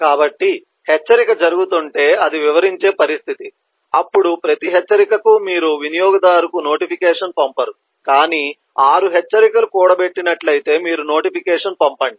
కాబట్టి హెచ్చరిక జరుగుతుంటే అది వివరించే పరిస్థితి అప్పుడు ప్రతి హెచ్చరికకు మీరు వినియోగదారుకు నోటిఫికేషన్ పంపరు కాని 6 హెచ్చరికలు కూడబెట్టినట్లయితే మీరు నోటిఫికేషన్ పంపండి